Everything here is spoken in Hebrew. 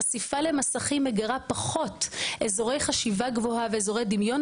חשיפה למסכים מגרה פחות אזורי חשיבה גבוהה ואזורי דמיון,